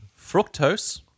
Fructose